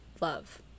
love